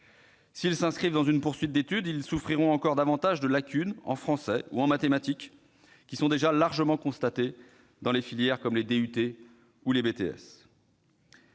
S'ils s'inscrivent dans une poursuite d'études, ils souffriront encore davantage de lacunes en français ou en mathématiques, déjà largement constatées dans des filières comme les DUT ou les BTS.